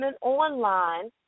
online